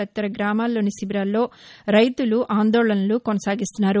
తదితర గ్రామాల్లోని శిబిరాల్లో రైతుల ఆందోళనలు కొనసాగుతున్నాయి